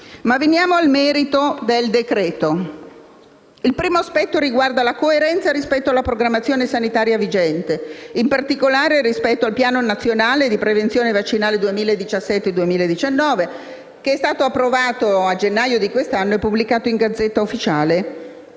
veniamo al merito del decreto-legge. Il primo aspetto riguarda la coerenza rispetto alla programmazione sanitaria vigente, in particolare il piano nazionale di prevenzione vaccinale 2017-2019, che è stato approvato a gennaio del corrente anno e pubblicato in *Gazzetta Ufficiale*